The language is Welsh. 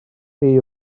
chi